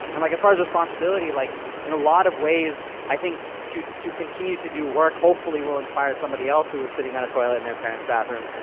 and like, as far as responsibility, like, in a lot of ways, i think to to continue to do work, hopefully, will inspire somebody else who is sitting on a toilet in their parents' bathroom.